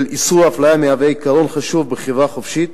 של איסור אפליה מהווה עיקרון חשוב בחברה חופשית,